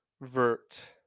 Vert